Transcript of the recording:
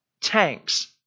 tanks